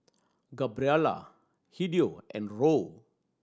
Gabriela Hideo and Hoe